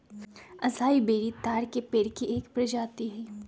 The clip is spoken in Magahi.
असाई बेरी ताड़ के पेड़ के एक प्रजाति हई